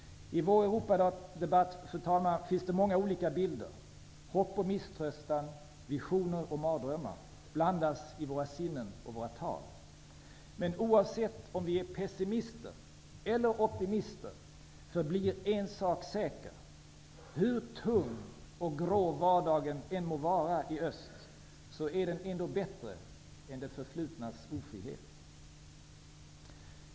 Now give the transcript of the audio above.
I vår Europadebatt, fru talman, finns det många olika bilder. Hopp och misströstan, visioner och mardrömmar blandas i våra sinnen och våra tal. Men oavsett om vi är pessimister eller optimister förblir en sak säker: hur tung och grå vardagen än må vara i öst, är den ändå bättre än det förflutnas ofrihet.